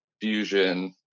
fusion